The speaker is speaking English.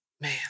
man